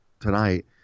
tonight